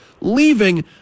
leaving